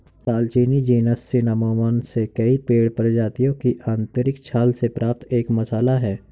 दालचीनी genus Cinnamomum से कई पेड़ प्रजातियों की आंतरिक छाल से प्राप्त एक मसाला है